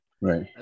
Right